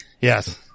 Yes